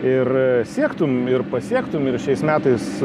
ir siektum ir pasiektum ir šiais metais